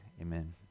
Amen